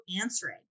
answering